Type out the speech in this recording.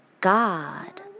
God